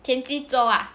田鸡粥 ah